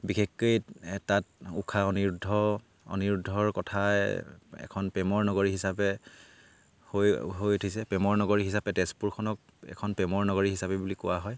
বিশেষকৈ তাত উষা অনিৰুদ্ধ অনিৰুদ্ধৰ কথাই এখন প্ৰেমৰ নগৰী হিচাপে হৈ হৈ উঠিছে প্ৰেমৰ নগৰী হিচাপে তেজপুৰখনক এখন প্ৰেমৰ নগৰী হিচাপে বুলি কোৱা হয়